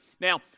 Now